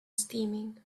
steaming